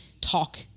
talk